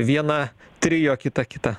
vieną trio kita kitą